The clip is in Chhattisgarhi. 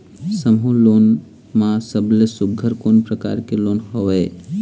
समूह लोन मा सबले सुघ्घर कोन प्रकार के लोन हवेए?